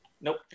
Nope